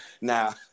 Now